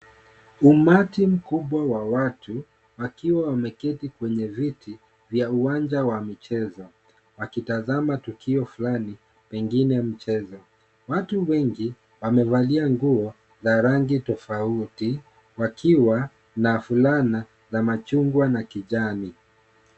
Umati mkubwa wa watu, wakiwa wameketi kwenye viti, vya uwanja wa michezo, wakitazama tukio fulani pengine mchezo. Watu wengi wamevalia nguo za rangi tofauti, wakiwa na fulana za machungwa na kijani.